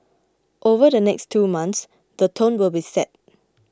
over the next two months the tone will be set